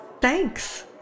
Thanks